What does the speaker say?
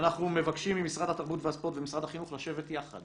אנחנו מבקשים ממשרד התרבות והספורט וממשרד החינוך לשבת יחד